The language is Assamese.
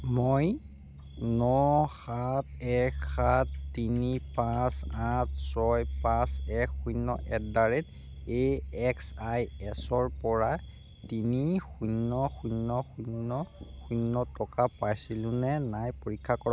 মই ন সাত এক সাত তিনি পাঁচ আঠ ছয় পাঁচ এক শূন্য at the rate A X I S ৰ পৰা তিনি শূন্য শূন্য শূন্য শূন্য টকা পাইছিলো নে নাই পৰীক্ষা কৰক